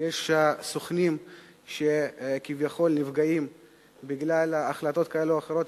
יש סוכנים שכביכול נפגעים בגלל החלטות כאלו או אחרות,